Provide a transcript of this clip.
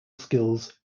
skills